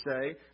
say